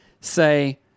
say